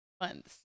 months